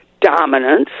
dominance